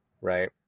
right